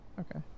Okay